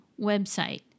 website